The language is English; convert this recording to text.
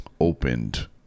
opened